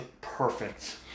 perfect